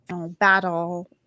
battle